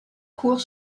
court